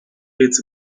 its